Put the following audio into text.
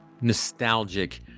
nostalgic